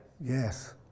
Yes